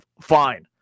Fine